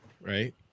right